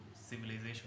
civilization